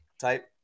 type